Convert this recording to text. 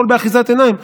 הכול באחיזת עיניים.